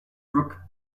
brook